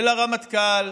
של הרמטכ"ל,